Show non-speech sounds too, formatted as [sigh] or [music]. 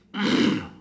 [coughs]